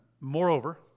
Moreover